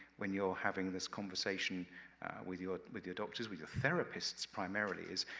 when you're having this conversation with your with your doctors, with your therapists primarily, is,